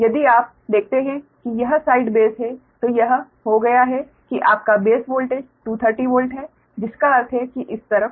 यदि आप देखते हैं कि यह साइड बेस है तो यह हो गया है कि आपका बेस वोल्टेज 230 वोल्ट है जिसका अर्थ है कि इस तरफ